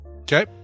Okay